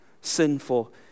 sinful